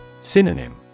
Synonym